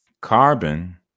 carbon